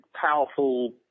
powerful